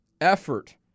effort